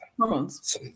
hormones